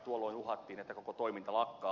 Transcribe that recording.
tuolloin uhattiin että koko toiminta lakkaa